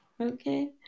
Okay